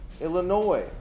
Illinois